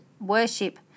worship